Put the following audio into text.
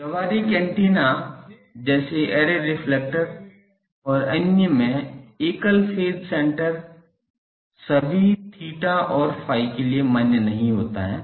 व्यावहारिक एंटेना जैसे array reflector और अन्य में एकल फेज सेण्टर सभी theta और phi के लिए मान्य नहीं होता है